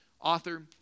author